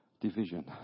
division